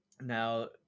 Now